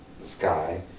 sky